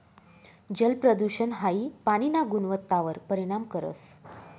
जलप्रदूषण हाई पाणीना गुणवत्तावर परिणाम करस